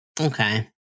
Okay